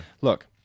Look